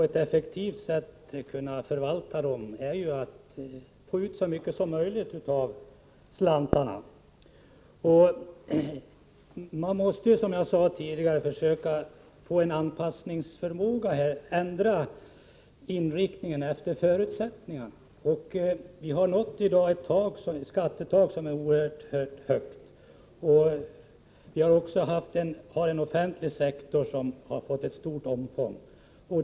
Ett effektivt sätt att förvalta dessa pengar är att försöka få ut så mycket som möjligt av slantarna. Man måste, som jag sade tidigare, ha anpassningsförmåga och kunna ändra inriktningen efter förutsättningarna. Vi har nått i dag ett skattetak som är oerhört högt. Den offentliga sektorn har ett stort omfång.